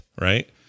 right